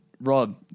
Rob